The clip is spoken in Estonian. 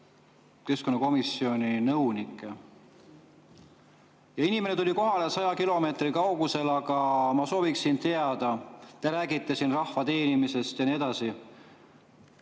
keskkonnakomisjoni nõunikke. Inimene tuli kohale 100 kilomeetri kauguselt. Aga ma sooviksin teada, te räägite siin rahva teenimisest ja nii edasi,